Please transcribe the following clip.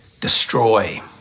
destroy